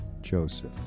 Joseph